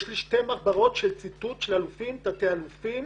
יש לי שתי מחברות של ציטוטי אלופים ותת-אלופים